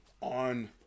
on